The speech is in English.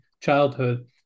childhood